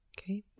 Okay